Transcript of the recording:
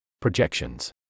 Projections